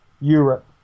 Europe